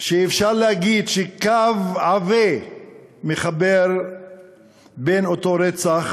אפשר להגיד שקו עבה מחבר בין אותו רצח